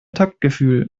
taktgefühl